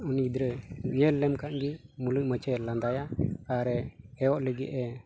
ᱩᱱᱤ ᱜᱤᱫᱽᱨᱟᱹ ᱧᱮᱞ ᱞᱮᱢ ᱠᱷᱟᱱᱜᱮ ᱢᱩᱞᱩᱡ ᱢᱟᱪᱷᱟᱭ ᱞᱟᱸᱫᱟᱭᱟ ᱟᱨ ᱦᱮᱣᱚᱜ ᱞᱟᱹᱜᱤᱫᱼᱮ